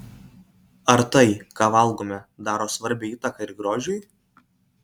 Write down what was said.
ar tai ką valgome daro svarbią įtaką ir grožiui